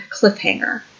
cliffhanger